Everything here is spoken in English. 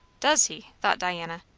does he? thought diana.